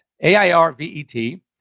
A-I-R-V-E-T